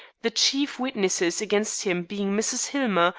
the chief witnesses against him being mrs. hillmer,